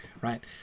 right